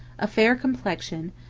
a fair complexion,